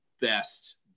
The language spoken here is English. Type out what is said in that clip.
best